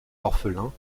orphelin